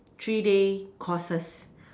three day courses